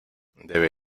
debe